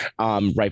Right